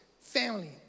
family